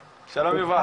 יובל,